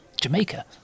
Jamaica